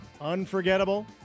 Unforgettable